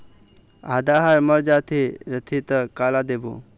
आदा हर मर जाथे रथे त काला देबो?